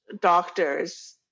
doctors